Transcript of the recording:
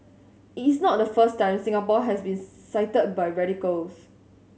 it is not the first time Singapore has been cited by radicals